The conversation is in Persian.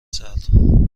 سرد